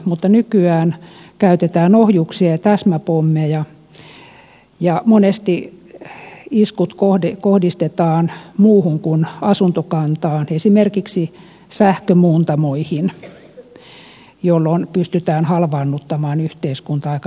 mutta nykyään käytetään ohjuksia ja täsmäpommeja ja monesti iskut kohdistetaan muuhun kuin asuntokantaan esimerkiksi sähkömuuntamoihin jolloin pystytään halvaannuttamaan yhteiskunta aika nopeasti